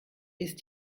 ist